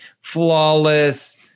flawless